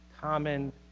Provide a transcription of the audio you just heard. common